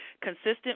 consistent